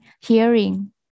hearing